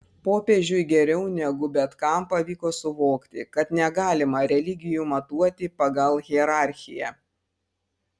popiežiui geriau negu bet kam pavyko suvokti kad negalima religijų matuoti pagal hierarchiją